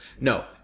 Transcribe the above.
No